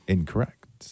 Incorrect